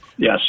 Yes